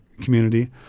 community